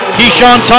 Keyshawn